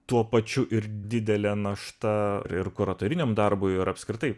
tuo pačiu ir didelė našta ir kuratoriniam darbui ir apskritai